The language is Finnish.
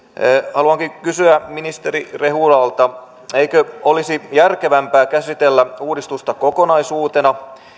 haluankin kysyä ministeri rehulalta eikö olisi järkevämpää käsitellä uudistusta kokonaisuutena